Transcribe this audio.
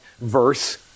verse